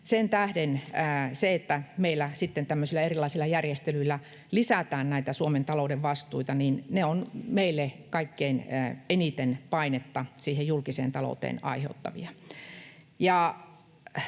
kun meillä sitten tämmöisillä erilaisilla järjestelyillä lisätään näitä Suomen talouden vastuita, ne ovat meille kaikkein eniten painetta siihen julkiseen talouteen aiheuttavia.